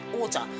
order